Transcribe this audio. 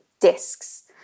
discs